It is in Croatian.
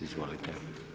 Izvolite.